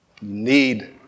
need